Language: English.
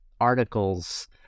articles